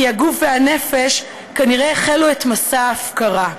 כי הגוף והנפש כנראה החלו את מסע ההפקרה.